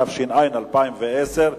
התש"ע 2010,